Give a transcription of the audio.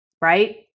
right